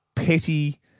petty